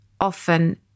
often